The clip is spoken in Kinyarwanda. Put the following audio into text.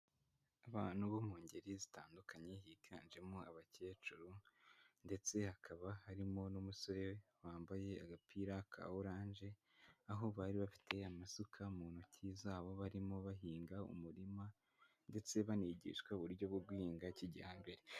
abantu bo mu ngeri zitandukanye higanjemo abakecuru ndetse hakaba harimo n'umusore wambaye agapira ka orange, aho bari bafite amasuka mu ntoki zabo barimo bahinga umurima ndetse banigishwa uburyo bwo guhinga kijyambere.